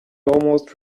almost